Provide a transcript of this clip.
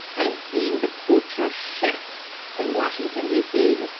and seeing the culture shift in washington d. c.